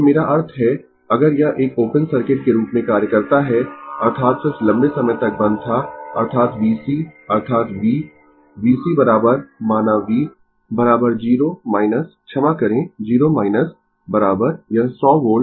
तो मेरा अर्थ है अगर यह एक ओपन सर्किट के रूप में कार्य करता है अर्थात स्विच लंबे समय तक बंद था अर्थात vc अर्थात v vc माना v 0 क्षमा करें 0 यह 100 वोल्ट